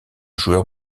joueur